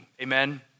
Amen